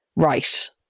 right